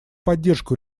поддержку